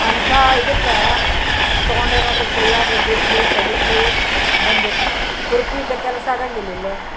ಅಂಥಾ ಇದಕ್ಕ ತೊಗೊಂಡೆ ನೋಡ್ರಿ ಕಯ್ಯಾಗ ಗುದ್ಲಿ ಸಲಿಕಿ ಬಂದು ಕುರ್ಪಿಯಿಂದ ಕೆಲ್ಸ ಆಗಾಂಗಿಲ್ಲ ಇಲ್ಲಿ